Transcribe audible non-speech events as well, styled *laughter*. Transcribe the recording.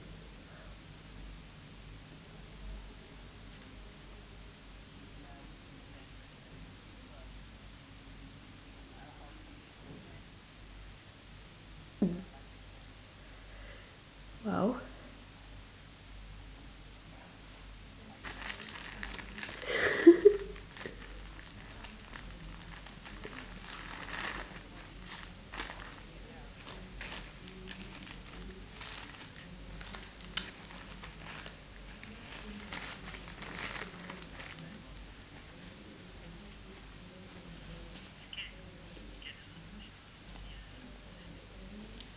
mm !wow! *laughs*